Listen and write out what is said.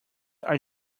are